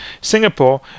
Singapore